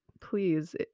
please